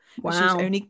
Wow